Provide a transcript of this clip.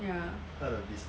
ya